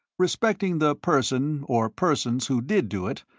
respecting the person or persons who did do it,